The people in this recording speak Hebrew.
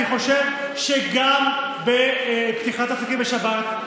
אני חושב שגם בפתיחת עסקים בשבת,